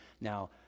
Now